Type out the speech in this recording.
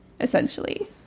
essentially